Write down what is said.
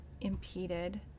impeded